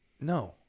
No